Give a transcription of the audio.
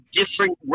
different